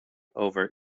over